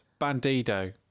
Bandido